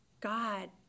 God